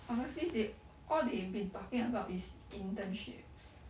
honestly they all they've been talking about is internships